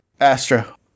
Astra